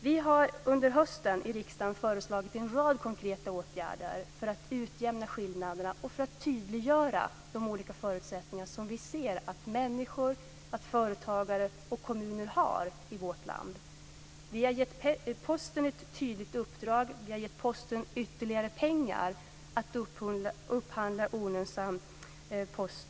Vi har under hösten i riksdagen föreslagit en rad konkreta åtgärder för att utjämna skillnaderna och för att tydliggöra de olika förutsättningar som vi ser att människor, företag och kommuner har i vårt land. Vi har gett Posten ett tydligt uppdrag. Vi har gett Posten ytterligare pengar att upphandla olönsam postservice.